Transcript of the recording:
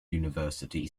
university